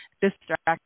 distract